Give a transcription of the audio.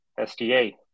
sda